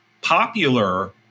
Popular